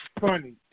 funny